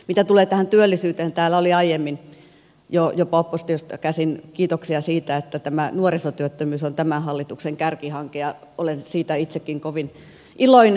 mitä tulee tähän työllisyyteen täällä oli aiemmin jo jopa oppositiosta käsin kiitoksia siitä että tämä nuorisotyöttömyys on tämän hallituksen kärkihanke ja olen siitä itsekin kovin iloinen